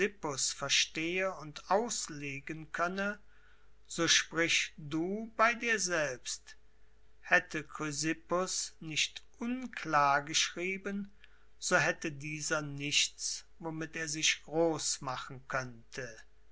verstehe und auslegen könne so sprich du bei dir selbst hätte chrysippus nicht unklar geschrieben so hätte dieser nichts womit er sich groß machen könnte